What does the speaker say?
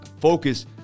focus